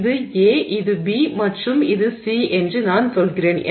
இது A இது B மற்றும் இது C என்று நான் சொல்கிறேன்